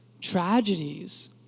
tragedies